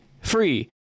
free